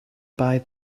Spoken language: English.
buy